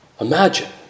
Imagine